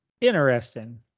Interesting